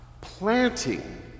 Planting